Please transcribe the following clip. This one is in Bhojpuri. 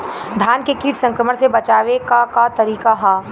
धान के कीट संक्रमण से बचावे क का तरीका ह?